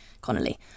Connolly